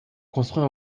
construit